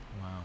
Wow